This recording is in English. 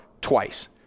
twice